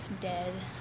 dead